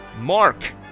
Mark